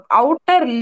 outer